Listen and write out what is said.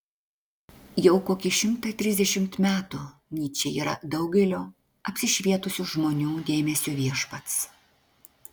jau kokį šimtą trisdešimt metų nyčė yra daugelio apsišvietusių žmonių dėmesio viešpats